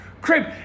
crib